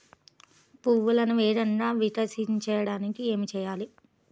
పువ్వులను వేగంగా వికసింపచేయటానికి ఏమి చేయాలి?